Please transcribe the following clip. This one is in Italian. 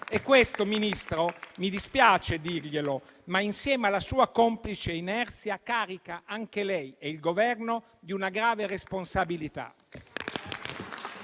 e questo, Ministro, mi dispiace dirle che, insieme alla sua complice inerzia, carica anche lei e il Governo di una grave responsabilità.